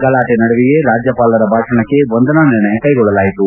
ಗಲಾಟೆಯ ನಡುವೆಯೇ ರಾಜ್ಯಪಾಲರ ಭಾಷಣಕ್ಕೆ ವಂದನಾ ನಿರ್ಣಯ ಕೈಗೊಳ್ಳಲಾಯಿತು